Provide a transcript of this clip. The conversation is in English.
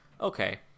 okay